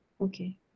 Okay